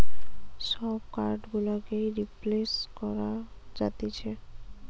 সব কার্ড গুলোকেই রিপ্লেস করা যাতিছে